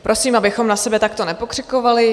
Prosím, abychom na sebe takto nepokřikovali.